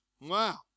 Wow